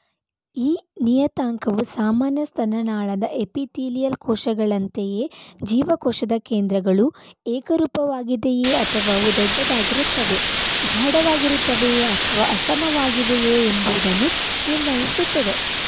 ಈ ನಿಯತಾಂಕವು ಸಾಮಾನ್ಯ ಸ್ತನ ನಾಳದ ಎಪಿತೀಲಿಯಲ್ ಕೋಶಗಳಂತೆಯೇ ಜೀವಕೋಶದ ಕೇಂದ್ರಗಳು ಏಕರೂಪವಾಗಿದೆಯೇ ಅಥವಾ ಅವು ದೊಡ್ಡದಾಗಿರುತ್ತವೆ ಗಾಢವಾಗಿರುತ್ತವೆಯೇ ಅಥವಾ ಅಸಮವಾಗಿವೆಯೇ ಎಂಬುದನ್ನು ನಿರ್ಣಯಿಸುತ್ತದೆ